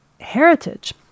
heritage